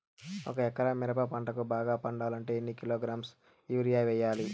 ఒక ఎకరా మిరప పంటకు బాగా పండాలంటే ఎన్ని కిలోగ్రామ్స్ యూరియ వెయ్యాలి?